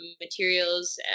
materials